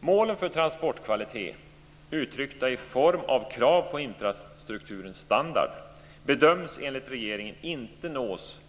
Målen för transportkvalitet uttryckta i form av krav på infrastrukturens standard bedöms enligt regeringen inte nås